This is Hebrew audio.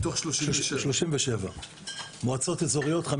מתוך 37. כמה מועצות אזוריות?